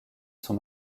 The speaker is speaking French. son